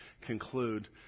conclude